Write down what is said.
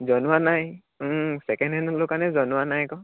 জনোৱা নাই second hand ললোঁ কাৰণে জনোৱা নাই আকৌ